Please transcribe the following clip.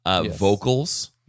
vocals